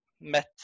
met